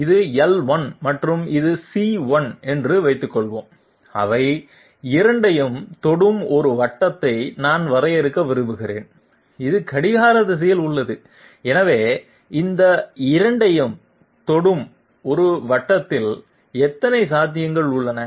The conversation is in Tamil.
இது l1 மற்றும் இது c1 என்று வைத்துக்கொள்வோம் அவை இரண்டையும் தொடும் ஒரு வட்டத்தை நான் வரையறுக்க விரும்புகிறேன் இது கடிகார திசையில் உள்ளது எனவே இந்த இரண்டையும் தொடும் ஒரு வட்டத்தில் எத்தனை சாத்தியங்கள் உள்ளன